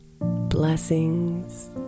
Blessings